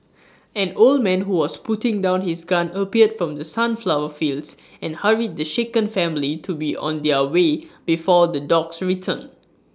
an old man who was putting down his gun appeared from the sunflower fields and hurried the shaken family to be on their way before the dogs return